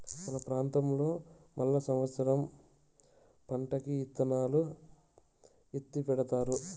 మా ప్రాంతంలో మళ్ళా సమత్సరం పంటకి ఇత్తనాలు ఎత్తిపెడతారు